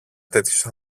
τέτοιους